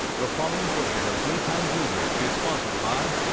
the following portion of daytime blue ridge is sponsored by.